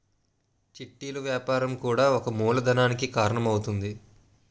చిట్టీలు వ్యాపారం కూడా ఒక మూలధనానికి కారణం అవుతుంది